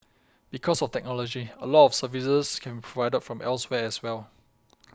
because of technology a lot of services can be provided from elsewhere as well